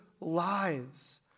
lives